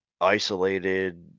isolated